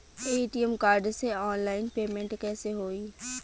ATM card से online payment कैसे होई?